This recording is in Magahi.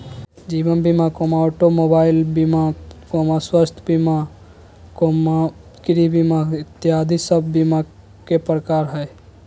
जीवन बीमा, ऑटो मोबाइल बीमा, स्वास्थ्य बीमा, गृह बीमा इत्यादि सब बीमा के प्रकार हय